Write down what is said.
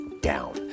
down